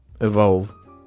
Evolve